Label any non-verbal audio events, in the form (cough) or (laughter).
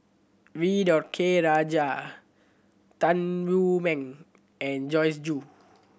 V (unintelligible) K Rajah Tan Wu Meng and Joyce Jue